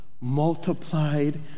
multiplied